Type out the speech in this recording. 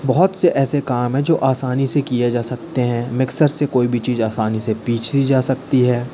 बहुत से ऐसे काम हैं जो आसानी से किए जा सकते हैं मिक्सर से कोई भी चीज़ आसानी से पीसी जा सकती है